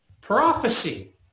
prophecy